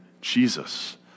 Jesus